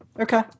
Okay